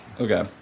Okay